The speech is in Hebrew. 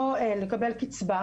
או לקבל קיצבה,